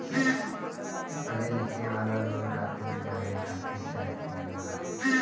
पढ़े लिखेवाला लोग राती में जागे खातिर चाय पियेला